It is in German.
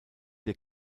der